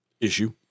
Issue